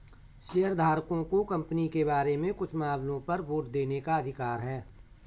शेयरधारकों को कंपनी के बारे में कुछ मामलों पर वोट देने का अधिकार है